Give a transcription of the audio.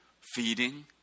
feeding